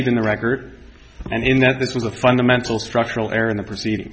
in the record and in that this was a fundamental structural error in the proceedings